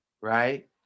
right